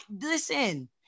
listen